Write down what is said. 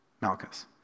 Malchus